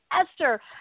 Esther